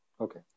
okay